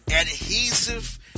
adhesive